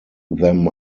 them